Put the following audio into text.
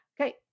Okay